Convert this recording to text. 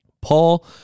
Paul